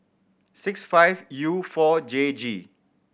six five U four J G